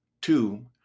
Two